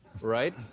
Right